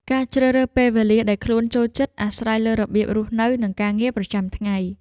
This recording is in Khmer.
ការជ្រើសរើសពេលវេលាដែលខ្លួនចូលចិត្ត អាស្រ័យលើរបៀបរស់នៅ និងការងារប្រចាំថ្ងៃ។